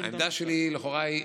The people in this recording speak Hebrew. העמדה שלי לכאורה היא,